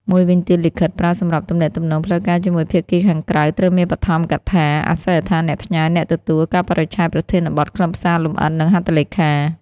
មួយវិញទៀត លិខិត ប្រើសម្រាប់ទំនាក់ទំនងផ្លូវការជាមួយភាគីខាងក្រៅ ត្រូវមានបឋមកថា អាសយដ្ឋានអ្នកផ្ញើ អ្នកទទួល កាលបរិច្ឆេទ ប្រធានបទ ខ្លឹមសារលម្អិត និងហត្ថលេខា។